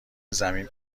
زمین